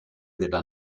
della